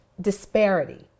disparity